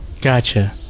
Gotcha